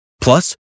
Plus